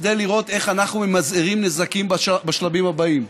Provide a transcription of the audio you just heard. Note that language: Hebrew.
כדי לראות איך אנחנו ממזערים נזקים בשלבים הבאים.